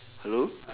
hello